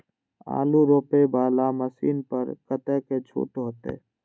आलू रोपे वाला मशीन पर कतेक छूट होते?